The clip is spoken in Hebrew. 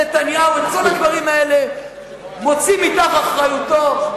נתניהו את כל הדברים האלה מוציא מתוך אחריותו,